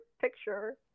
picture